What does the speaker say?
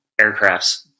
aircrafts